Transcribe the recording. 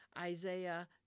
Isaiah